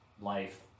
life